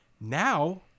now